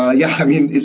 ah yeah. i mean,